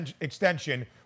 extension